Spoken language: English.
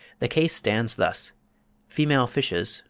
the case stands thus female fishes,